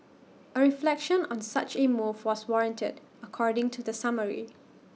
A reflection on such A move was warranted according to the summary